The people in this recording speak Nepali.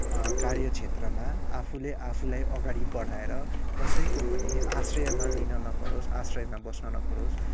कार्यक्षेत्रमा आफूले आफूलाई अगाडि बढाएर कसैको पनि आश्रयमा लिन नपरोस् आश्रयमा बस्न नपरोस्